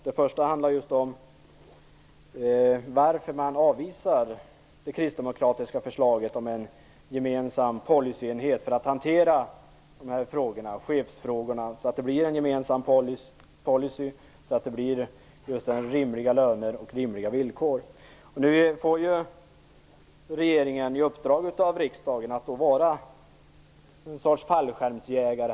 Den första gäller varför man avvisar det kristdemokratiska förslaget om en gemensam policyenhet för att hantera de här chefsfrågorna, så att man får en rimlig policy med skäliga löner och villkor. Regeringen får nu i uppdrag av riksdagen att vara en sorts fallskärmsjägare.